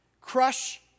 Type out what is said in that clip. Crush